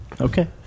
Okay